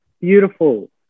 Beautiful